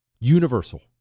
universal